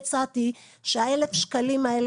אני הצעתי שה-1,000 שקלים האלה,